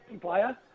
player